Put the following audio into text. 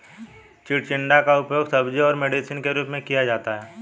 चिचिण्डा का उपयोग सब्जी और मेडिसिन के रूप में किया जाता है